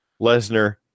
Lesnar